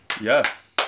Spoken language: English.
Yes